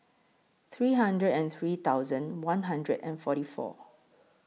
three hundred and three thousand one hundred and forty four